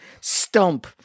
stump